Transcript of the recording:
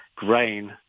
Grain